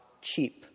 cheap